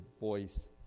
voice